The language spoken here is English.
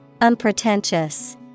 Unpretentious